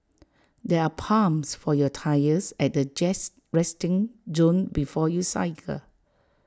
there are pumps for your tyres at the jest resting zone before you cycle